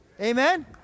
Amen